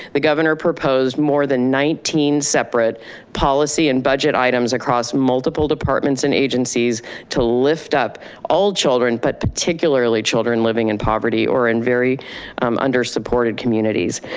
the governor proposed more than nineteen separate policy and budget items across multiple departments and agencies to lift up all children but particularly children living in poverty or in very under supported communities.